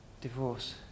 divorce